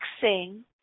fixing